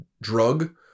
drug